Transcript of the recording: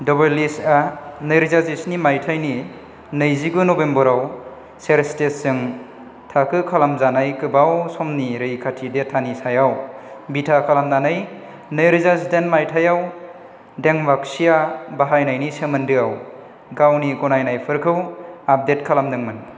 डब्बोलइसआ नैरोजा जिस्नि मायथाइनि नैजिगु नभेम्बराव सेरस्टेटसजों थाखो खालामजानाय गोबाव समनि रैखाथि डेटानि सायाव बिथा खालामनानै नैरोजा जिडाइन मायथाइआव डेंवाक्सिया बाहायनायनि सोमोन्दोआव गावनि गनायनायफोरखौ आपडेट खालामदोंमोन